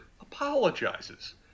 apologizes